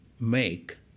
make